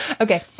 Okay